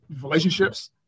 relationships